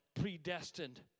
predestined